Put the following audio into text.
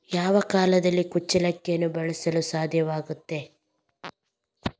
ಯಾವ ಕಾಲದಲ್ಲಿ ಕುಚ್ಚಲಕ್ಕಿಯನ್ನು ಬೆಳೆಸಲು ಸಾಧ್ಯವಾಗ್ತದೆ?